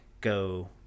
go